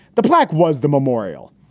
the plaque was the memorial.